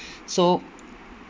so